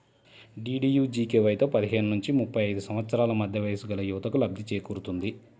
డీడీయూజీకేవైతో పదిహేను నుంచి ముప్పై ఐదు సంవత్సరాల మధ్య వయస్సుగల యువతకు లబ్ధి చేకూరుతుంది